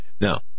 Now